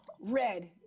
Red